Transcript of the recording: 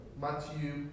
Matthew